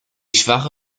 schwache